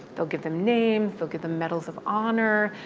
they'll give them names. they'll give them medals of honor.